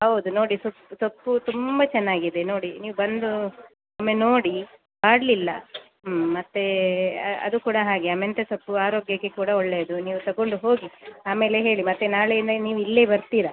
ಹೌದು ನೋಡಿ ಸೊಪ್ಪು ತುಂಬ ಚೆನ್ನಾಗಿದೆ ನೋಡಿ ನೀವು ಬಂದು ಒಮ್ಮೆ ನೋಡಿ ಬಾಡಲಿಲ್ಲ ಮತ್ತೆ ಅದು ಕೂಡ ಹಾಗೆ ಮೆಂತ್ಯೆ ಸೊಪ್ಪು ಆರೋಗ್ಯಕ್ಕೆ ಕೂಡ ಒಳ್ಳೆಯದು ನೀವು ತಗೊಂಡು ಹೋಗಿ ಆಮೇಲೆ ಹೇಳಿ ಮತ್ತೆ ನಾಳೆಯಿಂದ ನೀವು ಇಲ್ಲೇ ಬರ್ತೀರಿ